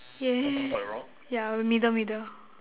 !yay! yeah middle middle